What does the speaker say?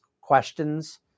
questions